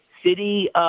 City